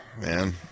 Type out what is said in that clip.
Man